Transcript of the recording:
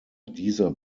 dieser